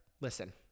listen